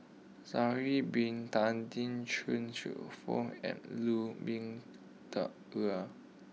Sha'ari Bin Tadin Chuang Hsueh Fang and Lu Ming Teh Earl